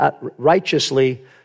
righteously